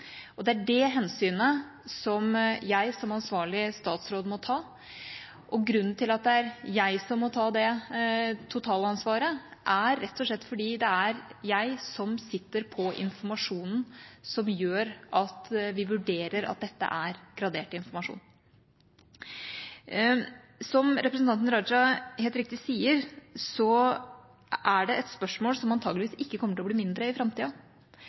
gjør. Det er det hensynet jeg som ansvarlig statsråd må ta. Grunnen til at det er jeg som må ta det totale ansvaret, er rett og slett at det er jeg som sitter på informasjonen som gjør at vi vurderer at dette er gradert informasjon. Som representanten Raja helt riktig sier, er det et spørsmål som antakeligvis ikke kommer til å bli mindre i framtida.